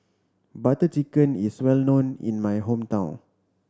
Butter Chicken is well known in my hometown